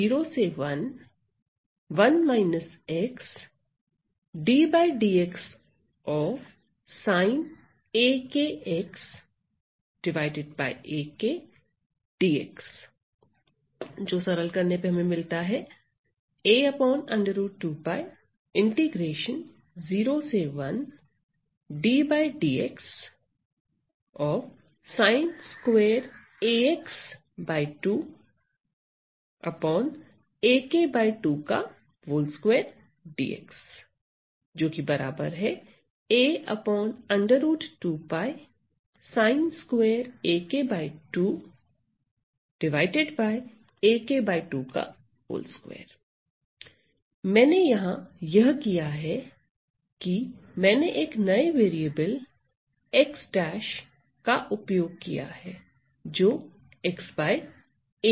तुम मेरे पास निम्न है मैंने यहां यह किया है की मैंने एक नए वेरिएबल x का उपयोग किया है जोकि xa है